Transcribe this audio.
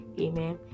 Amen